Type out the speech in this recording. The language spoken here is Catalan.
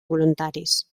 voluntaris